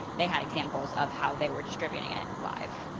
they had examples of how they were distributing it live.